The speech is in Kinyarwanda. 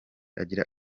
agira